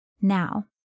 Now